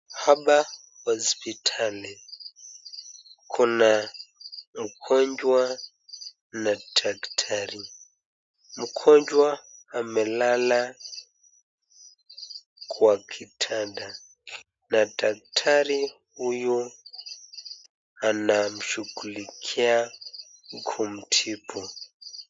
Hapa hospitali kuna mgonjwa na daktari, mgonjwa amelala kwa kitanda na daktari huyu anamshughulikia kumtibu.